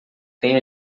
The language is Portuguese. tem